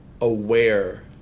aware